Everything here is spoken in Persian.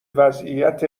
وضعیت